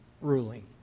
ruling